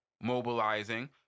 mobilizing